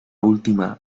última